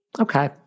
Okay